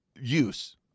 use